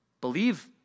believe